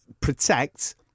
protect